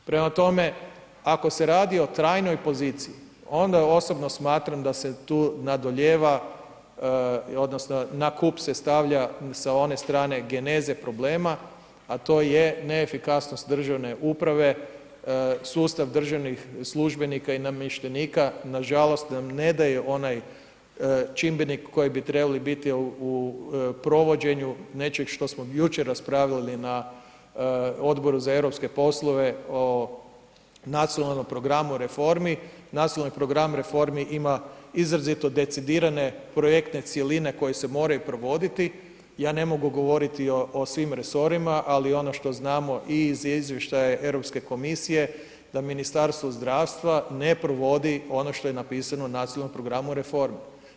Prema tome, ako se radi o trajnoj poziciji, onda osobno smatram da se tu nadolijeva odnosno na kup se stavlja sa one strane geneze problema a to je neefikasnost državne uprave, sustav državnih službenika i namještenika nažalost nam ne daje onaj čimbenik koji bi trebali biti u provođenju nečeg što smo jučer raspravili na Odboru za europske poslove o nacionalnom programu reformi, nacionalni program reformi ima izrazito decidirane projektne cjeline koje se moraju provoditi, ja ne mogu govoriti o svim resorima ali ono što znamo i iz izvještaja Europske komisije da Ministarstvo zdravstva ne provodi ono što je napisano u nacionalnom programu reformi.